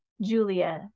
Julia